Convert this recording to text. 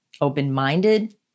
open-minded